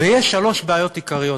ויש שלוש בעיות עיקריות.